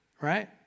right